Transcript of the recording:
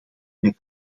met